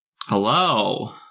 Hello